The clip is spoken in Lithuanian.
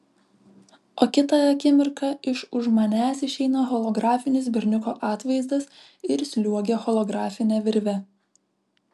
o kitą akimirką iš už manęs išeina holografinis berniuko atvaizdas ir sliuogia holografine virve